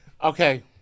Okay